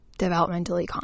developmentally